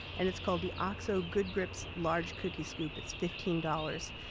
and it's called the oxo good grips large cookie scoop, it's fifteen dollars.